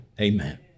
Amen